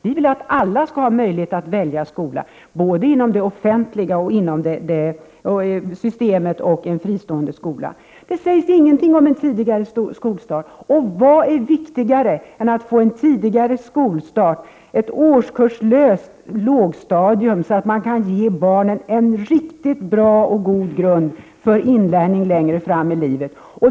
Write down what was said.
Vi vill att alla skall ha möjlighet att välja skola, både inom det offentliga systemet och bland de fristående skolorna. Det sägs ingenting om en tidigare skolstart. Och vad är viktigare än att få en tidigare skolstart, ett årskurslöst lågstadium, så att man kan ge barnen en riktigt god grund för inlärning längre fram i livet?